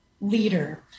leader